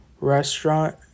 restaurant